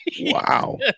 Wow